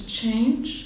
change